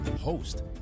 Host